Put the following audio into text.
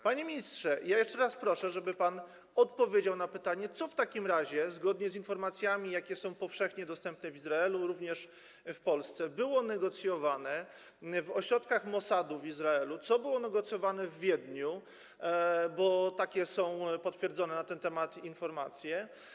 Panie ministrze, ja jeszcze raz proszę, żeby pan odpowiedział na pytanie: Co w takim razie, zgodnie z informacjami, jakie są powszechnie dostępne w Izraelu, jak również w Polsce, było negocjowane w ośrodkach Mosadu w Izraelu, co było negocjowane w Wiedniu, bo takie są potwierdzone na ten temat informacje?